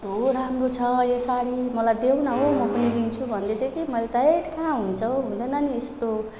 कस्तो राम्रो छ यो साडी मलाई देऊ न हौ म पनि लिन्छु भन्दैथिए कि मैले त हैट् कहाँ हुन्छ हौ हुँदैन नि यस्तो